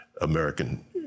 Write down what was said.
American